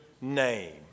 name